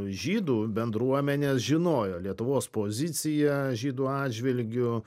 žydų bendruomenės žinojo lietuvos poziciją žydų atžvilgiu